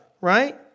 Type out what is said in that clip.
right